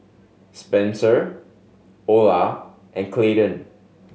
Spencer Ola and Clayton